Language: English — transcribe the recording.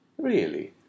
-Really